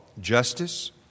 justice